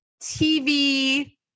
TV